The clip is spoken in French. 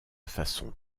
façon